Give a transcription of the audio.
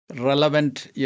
relevant